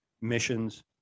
missions